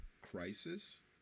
Crisis